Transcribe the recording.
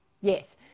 Yes